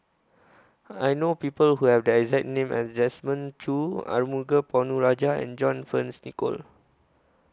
I know People Who Have The exact name as Desmond Choo Arumugam Ponnu Rajah and John Fearns Nicoll